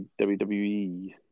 WWE